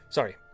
Sorry